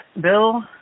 bill